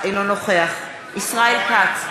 אינו נוכח ישראל כץ,